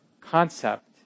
concept